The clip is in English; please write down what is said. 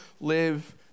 live